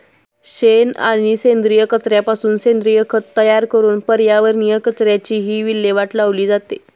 शेण आणि सेंद्रिय कचऱ्यापासून सेंद्रिय खत तयार करून पर्यावरणीय कचऱ्याचीही विल्हेवाट लावली जाते